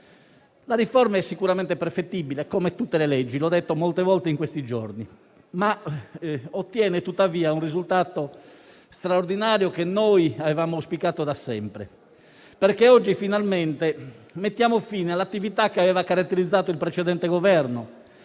La riforma è sicuramente perfettibile, come tutte le leggi - l'ho detto molte volte in questi giorni - ma ottiene, tuttavia, un risultato straordinario che auspichiamo da sempre. Oggi, infatti, mettiamo finalmente fine all'attività che aveva caratterizzato il precedente Governo,